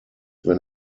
wenn